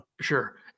sure